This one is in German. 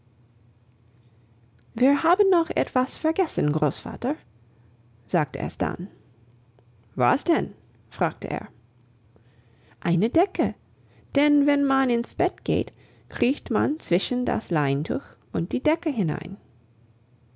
wir haben noch etwas vergessen großvater sagte es dann was denn fragte er eine decke denn wenn man ins bett geht kriecht man zwischen das leintuch und die decke hinein